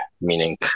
meaning